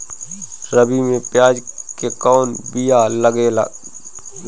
रबी में प्याज के कौन बीया लागेला?